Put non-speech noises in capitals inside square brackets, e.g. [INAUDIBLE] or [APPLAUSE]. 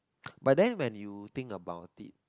[NOISE] but then when you think about it